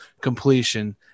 completion